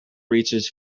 reaches